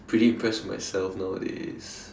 pretty impressed with myself nowadays